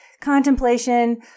contemplation